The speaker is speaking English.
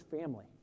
family